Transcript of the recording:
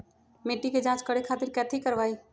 मिट्टी के जाँच करे खातिर कैथी करवाई?